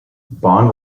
bond